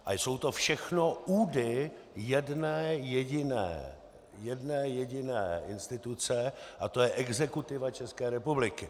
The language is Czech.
A jsou to všechno údy jedné jediné, jedné jediné instituce a to je exekutiva České republiky.